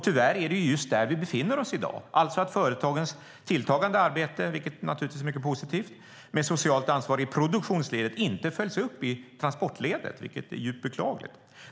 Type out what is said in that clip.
Tyvärr är det just där vi befinner oss i dag, alltså att företagens tilltagande arbete med socialt ansvar i produktionsledet, vilket naturligtvis är mycket positivt, inte följs upp i transportledet, vilket är djupt beklagligt.